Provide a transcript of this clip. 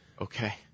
Okay